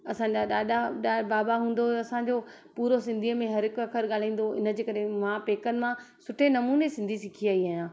असांजा ॾाॾा बाबा हूंदो हुओ असांजो पूरो सिंधीअ में हर हिकु अख़र ॻाल्हाईंदो इन जे करे मां पेकनि मां सुठे नमूने सिंधी सिखी आई आहियां